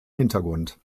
hintergrund